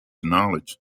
knowledge